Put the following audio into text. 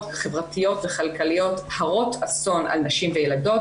חברתיות וכלכליות הרות אסון על נשים וילדות.